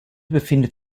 befindet